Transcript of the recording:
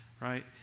right